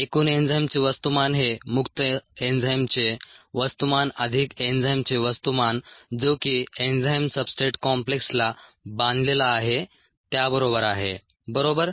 एकूण एन्झाईमचे वस्तुमान हे मुक्त एन्झाईमचे वस्तुमान अधिक एन्झाईमचे वस्तुमान जो की एन्झाईम सब्सट्रेट कॉम्प्लेक्सला बांधलेला आहे त्याबरोबर आहे बरोबर